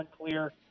unclear